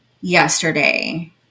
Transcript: yesterday